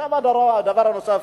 דבר נוסף,